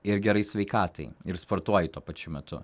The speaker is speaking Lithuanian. ir gerai sveikatai ir sportuoji tuo pačiu metu